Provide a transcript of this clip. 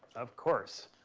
of course.